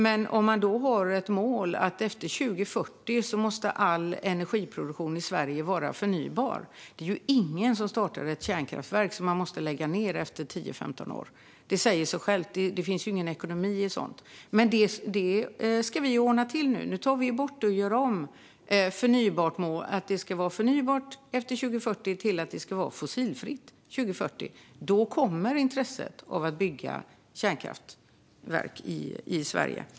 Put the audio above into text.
Men om det finns ett mål om att all energiproduktion måste vara förnybar efter 2040 är det ju ingen som startar ett kärnkraftverk. Det skulle få läggas ned efter 10-15 år, och det säger sig självt att det inte finns någon ekonomi i det. Men detta ska vi nu ordna till - vi gör om målet från att allt ska vara förnybart efter 2040 till att det ska vara fossilfritt 2040. Då kommer det att finnas intresse av att bygga kärnkraftverk i Sverige.